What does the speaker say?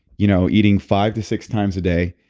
you know eating five to six times a day.